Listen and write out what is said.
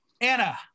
Anna